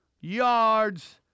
Yards